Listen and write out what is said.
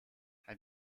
hij